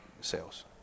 sales